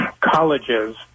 colleges